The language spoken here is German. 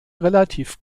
relativ